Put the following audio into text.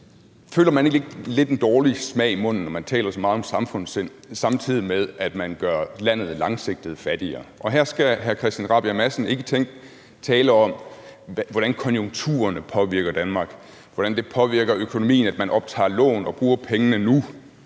Har man ikke en lidt dårlig smag i munden, når man taler så meget om samfundssind, samtidig med at man langsigtet gør landet fattigere? Og her skal hr. Christian Rabjerg Madsen ikke tale om, hvordan konjunkturerne påvirker Danmark, hvordan det påvirker økonomien, at man optager lån og bruger pengene nu,